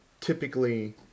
typically